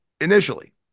initially